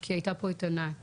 כי הייתה פה ענת.